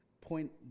point